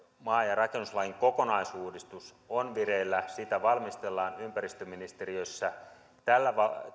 maa ja rakennuslain kokonaisuudistus on vireillä sitä valmistellaan ympäristöministeriössä tällä